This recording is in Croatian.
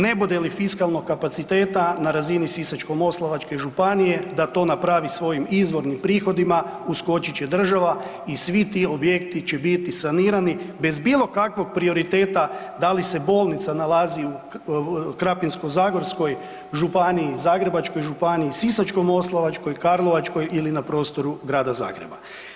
Ne bude li fiskalnog kapaciteta na razini Sisačko-moslavačke županije da to napravi svojim izvornim prihodima, uskočit će država i svi ti objekti će biti sanirani bez bilokakvog prioriteta da li se bolnica nalazi u Krapinsko-zagorskoj županiji, Zagrebačkoj županiji, Sisačko-moslavačkoj, Karlovačkoj ili na prostoru grada Zagreba.